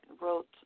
wrote